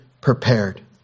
prepared